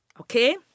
Okay